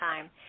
time